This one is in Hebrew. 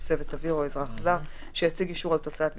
"או ברשות מקומית" יימחק, בפסקה (7)(א),